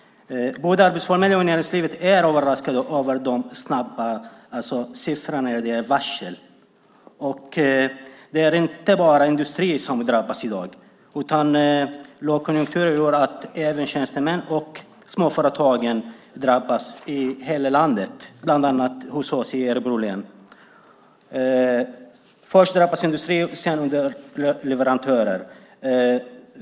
Både Arbetsförmedlingen och näringslivet är överraskade över siffrorna när det gäller varsel. Det är inte bara industrin som drabbas i dag, utan lågkonjunkturen gör att även tjänstemän och småföretag drabbas i hela landet, bland annat hos oss i Örebro län. Först drabbas industrin och sedan leverantörerna.